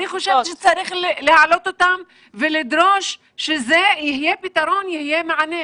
חושבת שצריך להעלות אותן ולדרוש שיהיה פתרון ויהיה מענה.